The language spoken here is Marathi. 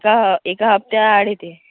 एका एका हप्त्याआड येते